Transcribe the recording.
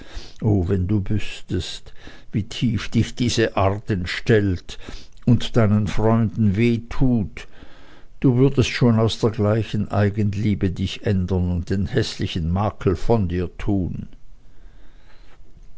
wenn du wüßtest wie tief dich diese art entstellt und deinen freunden weh tut du würdest schon aus der gleichen eigenliebe dich ändern und den häßlichen makel von dir tun